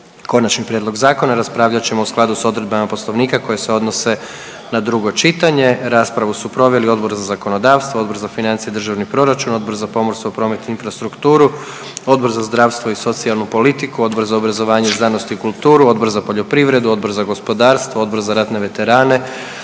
Konačni prijedlog zakona raspravljat ćemo u skladu s odredbama Poslovnika koje se odnose na drugo čitanje. Raspravu su proveli Odbor za zakonodavstvo, Odbor za financije i državni proračun, Odbor za pomorstvo, promet i infrastrukturu, Odbor za zdravstvo i socijalnu politiku, Odbor za obrazovanje, znanost i kulturu, Odbor za poljoprivredu, Odbor za gospodarstvo, Odbor za ratne veterane,